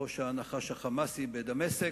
ראש הנחש ה"חמאסי" בדמשק,